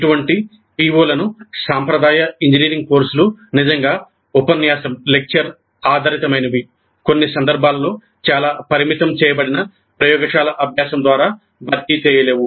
ఇటువంటి PO లను సాంప్రదాయ ఇంజనీరింగ్ కోర్సులు నిజంగా ఉపన్యాసం ఆధారితమైనవి కొన్ని సందర్భాల్లో చాలా పరిమితం చేయబడిన ప్రయోగశాల అభ్యాసం ద్వారా భర్తీ చేయలేవు